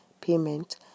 payment